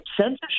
Censorship